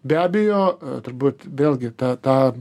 be abejo turbūt vėlgi ta tą